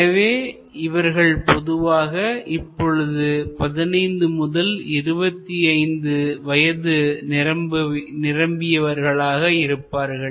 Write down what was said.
எனவே இவர்கள் பொதுவாக இப்பொழுது 15 முதல் 25 வயது நிரம்பியவர்களாக இருப்பார்கள்